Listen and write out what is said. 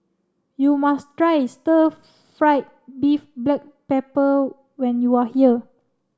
you must try stir fried beef black pepper when you are here